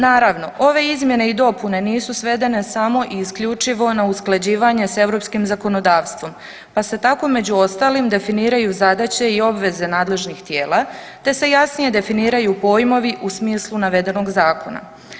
Naravno ove izmjene i dopune nisu svedene samo i isključivo na usklađivanje s europskim zakonodavstvom pa se tako među ostalim definiraju zadaće i obveze nadležnih tijela te se jasnije definiraju pojmovi u smislu navedenog zakona.